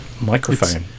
microphone